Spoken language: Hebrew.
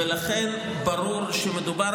ולכן ברור שמדובר,